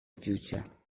future